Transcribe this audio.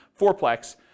fourplex